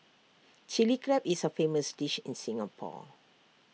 Chilli Crab is A famous dish in Singapore